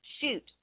shoot